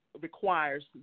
requires